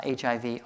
HIV